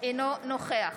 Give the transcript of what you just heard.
אינו נוכח